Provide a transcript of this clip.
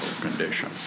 condition